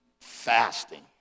fasting